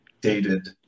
dated